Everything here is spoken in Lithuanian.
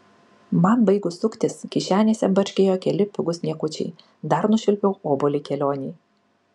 man baigus suktis kišenėse barškėjo keli pigūs niekučiai dar nušvilpiau obuolį kelionei